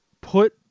put